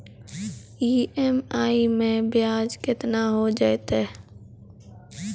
EMI मैं ब्याज केतना हो जयतै?